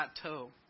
plateau